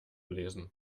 lesen